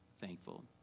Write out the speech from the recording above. thankful